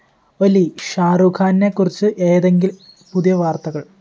ഒലി ഷാറൂഖാനിനെ കുറിച്ച് ഏതെങ്കിലും പുതിയ വാർത്തകൾ